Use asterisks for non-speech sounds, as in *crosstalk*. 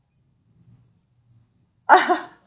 *laughs*